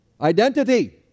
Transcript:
identity